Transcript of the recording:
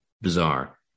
bizarre